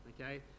Okay